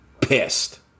pissed